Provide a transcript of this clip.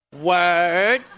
Word